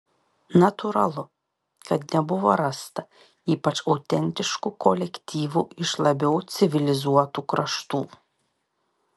natūralu kad nebuvo rasta ypač autentiškų kolektyvų iš labiau civilizuotų kraštų